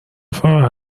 فقط